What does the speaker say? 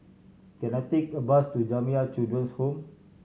can I take a bus to Jamiyah Children's Home